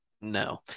no